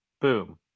boom